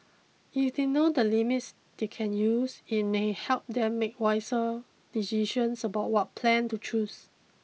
if they know the limits they can use it may help them make wiser decisions about what plan to choose